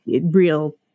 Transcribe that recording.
real